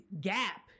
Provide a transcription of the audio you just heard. gap